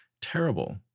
Terrible